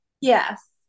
yes